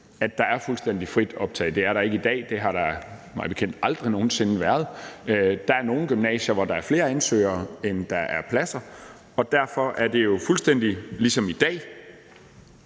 at der er fuldstændig frit optag. Det er der ikke i dag, og det har der mig bekendt aldrig nogen sinde været. Der er nogle gymnasier, hvor der er flere ansøgere, end der er pladser, og derfor er det jo også fremadrettet fuldstændig ligesom i dag,